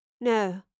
No